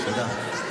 תודה.